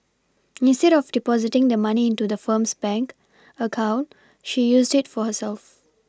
instead of Depositing the money into the firm's bank account she used it for herself